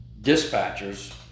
dispatchers